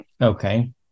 Okay